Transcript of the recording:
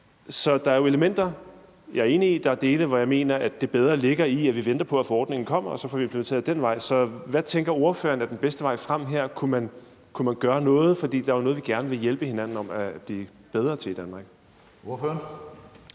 Så der er jo elementer, jeg er enig i. Der er dele, hvor jeg mener, at det ligger bedre, hvis vi venter på, at forordningen kommer og vi så får det implementeret ad den vej. Så hvad tænker ordføreren er den bedste vej frem her? Kunne man gøre noget? For der er jo noget, vi gerne vil hjælpe hinanden til at blive bedre til i Danmark. Kl.